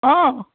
অঁ